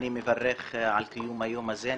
אני מברך על קיום היום הזה.